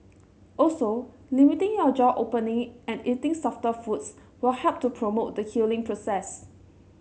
also limiting your jaw opening and eating softer foods will help to promote the healing process